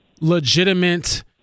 legitimate